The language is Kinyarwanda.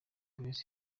grace